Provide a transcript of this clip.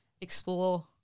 explore